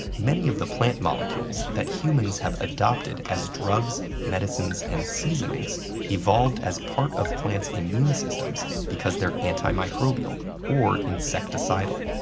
many of the plant molecules that humans have adopted as drugs, medicines and seasonings evolved as part of plants' immune systems because they're antimicrobial, or insecticidal.